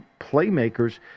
playmakers